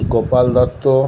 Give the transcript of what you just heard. Gopal Dutta